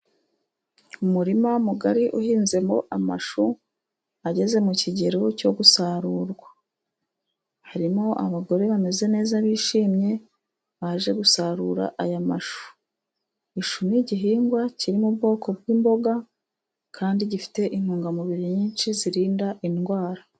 Umurima mugari uhinzemo amashu ageze mu kigero cyo gusarurwa, harimo abagore bameze neza bishimye baje gusarura aya mashu. Ishu ni igihingwa kiri mu bwoko bw'imboga kandi gifite intungamubiri nyinshi zirinda indwara.